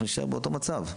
אנחנו נישאר באותו מצב.